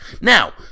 Now